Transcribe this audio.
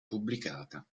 pubblicata